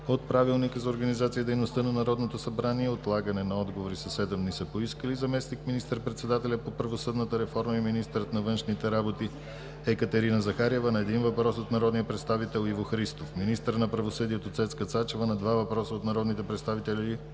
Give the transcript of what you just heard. от Правилника за организацията и дейността на Народното събрание отлагане на отговори със седем дни са поискали: - заместник министър-председателят по правосъдната реформа и министърът на външните работи Екатерина Захариева – на един въпрос от народния представител Иво Христов; - министърът на правосъдието Цецка Цачева – на два въпроса от народните представители